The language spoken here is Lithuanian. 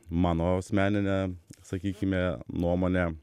mano asmenine sakykime nuomone